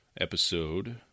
episode